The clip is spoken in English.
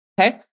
Okay